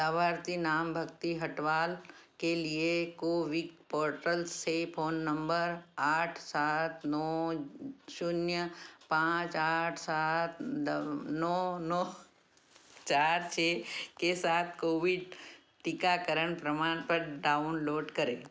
लाभार्थी नाम भक्ति हटवाल के लिए कोविक पोर्टल से फ़ोन नम्बर आठ सात नौ शून्य पाँच आठ सात द नौ नौ चार छः के साथ कोविड टीकाकरण प्रमाणपत्र डाउनलोड करें